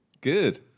Good